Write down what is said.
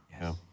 Yes